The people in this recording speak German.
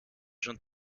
schon